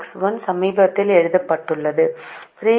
X1 சமீபத்தில் எழுதப்பட்டது 3X2